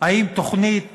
האם תוכנית